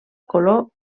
color